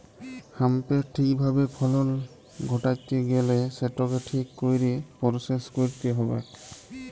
হ্যাঁম্পের ঠিক ভাবে ফলল ঘটাত্যে গ্যালে সেটকে ঠিক কইরে পরসেস কইরতে হ্যবেক